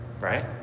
right